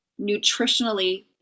nutritionally